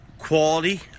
Quality